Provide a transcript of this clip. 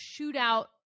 shootout